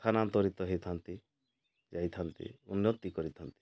ସ୍ଥାନାନ୍ତରିତ ହେଇଥାନ୍ତି ଯାଇଥାନ୍ତି ଉନ୍ନତି କରିଥାନ୍ତି